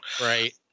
Right